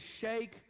shake